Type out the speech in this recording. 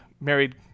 married